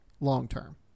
long-term